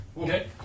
Okay